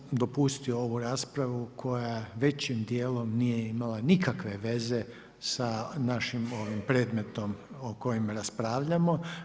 Ja sam dopustio ovu raspravu koja većim dijelom nije imala nikakve veze sa našim ovim predmetom o kojem raspravljamo.